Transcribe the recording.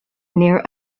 near